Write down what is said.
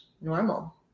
normal